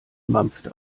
mampfte